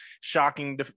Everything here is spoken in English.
shocking